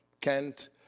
Kent